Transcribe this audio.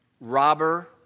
robber